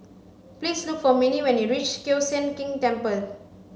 please look for Minnie when you reach Kiew Sian King Temple